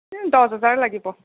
দহ হেজাৰ লাগিব